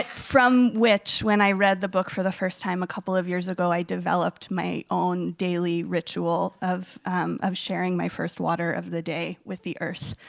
from which, when i read the book for the first time a couple of years ago, i developed my own daily ritual of of sharing my first water of the day with the earth.